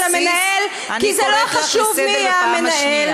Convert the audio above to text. המנהל כי זה לא חשוב מי יהיה המנהל,